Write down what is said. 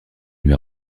lui